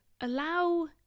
Allow